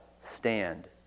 stand